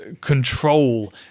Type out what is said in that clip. control